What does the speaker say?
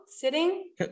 sitting